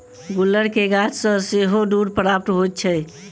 गुलर के गाछ सॅ सेहो दूध प्राप्त होइत छै